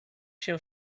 się